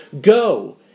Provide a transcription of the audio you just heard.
Go